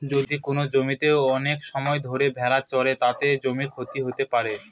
যদি কোনো জমিতে অনেক সময় ধরে ভেড়া চড়ে, তাতে জমির ক্ষতি হতে পারে